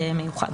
מיוחד.